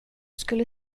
skulle